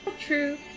true